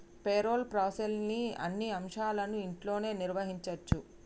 payroll ప్రాసెస్లోని అన్ని అంశాలను ఇంట్లోనే నిర్వహించచ్చు